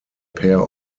pair